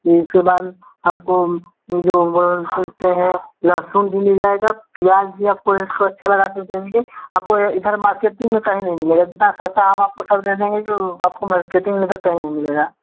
इसके बाद हमको ये जो बोलते हैं लहसुन भी मिल जाएगा प्याज जी आपको रेट को अच्छा लगा के देंगे आपको इधर मार्केटिंग में कहीं नहीं मिलेगा जितना सस्ता हम आपको सर दे देंगे कि आपको मार्केटिंग में सर कहीं नहीं मिलेगा